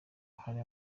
hari